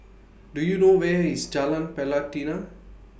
Do YOU know Where IS Jalan Pelatina